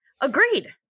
Agreed